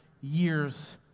years